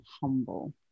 humble